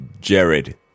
Jared